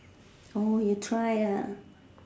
you try